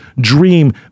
dream